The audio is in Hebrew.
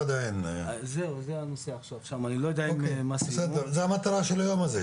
המטרה של היום הזה,